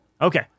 Okay